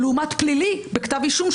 לעומת פלילי בכתב אישום,